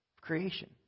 creation